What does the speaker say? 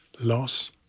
loss